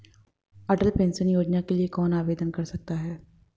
अटल pension योजना के लिए कौन आवेदन कर सकता है?